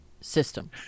system